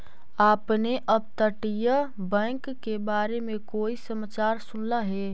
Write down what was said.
आपने अपतटीय बैंक के बारे में कोई समाचार सुनला हे